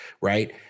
right